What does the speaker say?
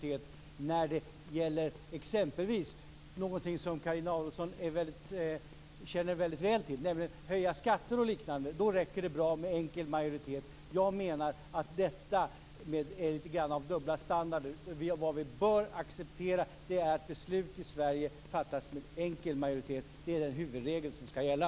Men när det gäller exempelvis någonting som Carina Adolfsson känner väl till, nämligen att höja skatter och liknande, räcker det bra med enkel majoritet. Jag menar att detta är lite grann av dubbla standarder. Vad vi bör acceptera är att beslut i Sverige fattas med enkel majoritet. Det är den huvudregel som skall gälla.